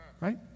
right